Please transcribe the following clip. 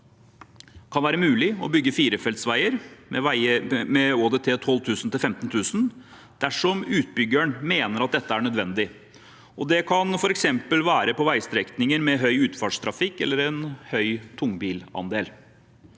kan være mulig å bygge firefelts vei ved ÅDT 12 000–15 000 dersom utbyggeren mener at dette er nødvendig. Det kan f.eks. være på veistrekninger med høy utfartstrafikk eller en høy tungbilandel.